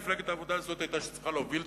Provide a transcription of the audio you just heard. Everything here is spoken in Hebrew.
מפלגת העבודה היא שהיתה צריכה להוביל את